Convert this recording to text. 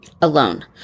alone